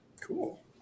Cool